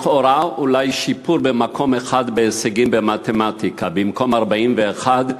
לכאורה יש אולי שיפור במקום אחד בהישגים במתמטיקה: במקום 41,